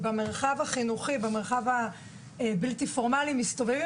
במרחב החינוכי הבלתי פורמלי מסתובבות